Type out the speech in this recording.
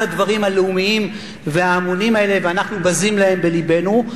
הדברים הלאומיים וההמוניים האלה ואנחנו בזים להם בלבנו.